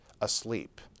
asleep